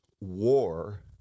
war